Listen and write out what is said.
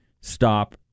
stop